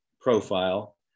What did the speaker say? profile